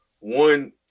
one